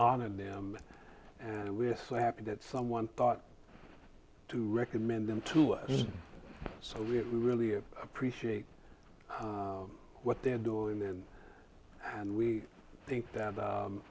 honored them and we're so happy that someone thought to recommend them to us so we really appreciate what they're doing then and we think that